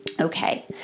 Okay